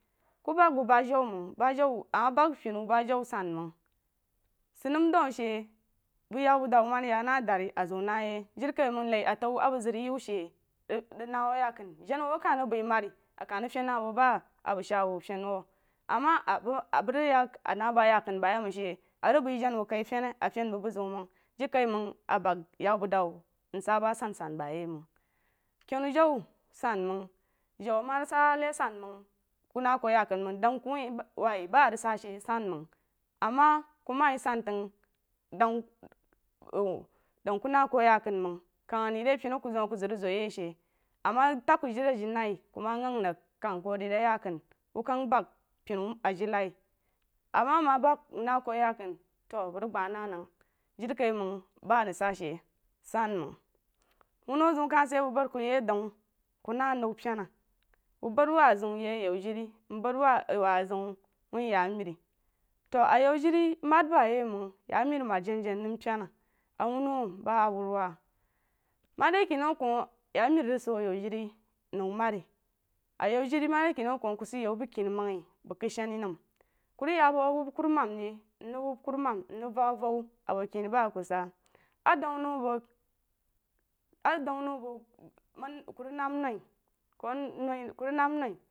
Ku bəg ba jau məng ama bəg penu ba jau sanmang sid nem dwag ashi bəg yau bəg dəu ma rig ya na darí azu naye jirikaī məng nai atau a bəg zəg rig yewu shí rig na wu a yaknu jana wu a ka rig bəi marí a ka rig fení bəg ba abəg shaa wu feni wu ama a bəg bəg rig yak ama ba a yaknu bayiməng shi a rig bəi bəg jana wu kaí fení a fení bəg buzin məng jirikai məng a bəg yau bəg dau nsa ba asansan bayimən shí a rig bəi bəg jana wu kai feni a feni bəg buziu məng jirikai məng a bəg yau bəg dau nsa ba asansan bayiməng kenujau san məng jau ama rig sa hali asan məng ku na ku yaknu məng dəg ku wuh. Wah ba arig sa shi sanwəng ama ku ma yí santəg dəg nm dəg ku na ku yaknu məng kang ri a rig penu a ku zəm a ku ríg zo yí shí ama təg ku jiriajinaí ku ma ghang rig kəg ku rí a re yaknu wu ghang bəg penu ajinai ama ama bəg mna ku a yaknu to bəg rig geah na nəg jirikaiməng ba a nəg sa shi sanməng wuno ziu kuh sid yeí bəg bad ku yí adaun ku nau pyena bəg bad wa ziu yi ayanjiri nm bəd wa ziu yí yamirí to ayaujirí mad ba yí məng yamiri mad janajana pyena awuno bəg awuruwa kenu ku yamiri rig səw ku nou mari ayaujiri ma ri kanau kuoh ku sid yau bəgkine maing ku rig ya bu awubba kuruman rig ríg awubba kurumam nrig vag, avaou abo kine ba a ku sah adaun nəw bəg adaun nən bəg men nammn naí kun naí ku rig namma naí.